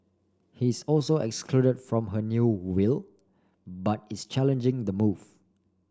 he is also excluded from her new will but is challenging the move